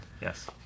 Yes